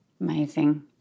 Amazing